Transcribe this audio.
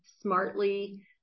smartly